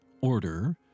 order